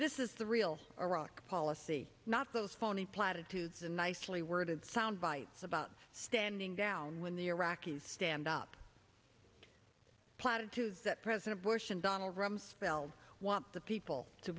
this is the real iraq policy not those phony platitudes and nicely worded soundbites about standing down when the iraqis stand up platitudes that president bush and donald rumsfeld want the people to